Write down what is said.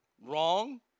wrong